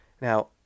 Now